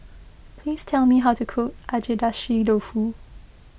please tell me how to cook Agedashi Dofu